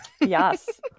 Yes